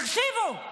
תקשיבו,